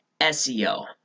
SEO